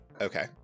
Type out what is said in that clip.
Okay